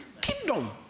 Kingdom